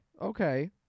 Okay